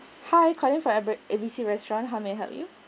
hi calling from ab a b c restaurant how may I help you